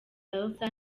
elsa